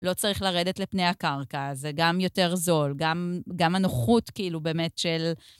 לא צריך לרדת לפני הקרקע, זה גם יותר זול, גם הנוחות כאילו באמת של...